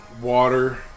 water